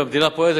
והמדינה פועלת,